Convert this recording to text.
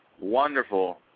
wonderful